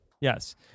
Yes